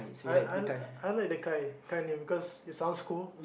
I I I like the guy guy name because it sounds cool